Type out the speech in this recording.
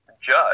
judge